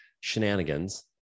shenanigans